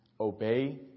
obey